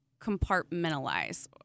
compartmentalize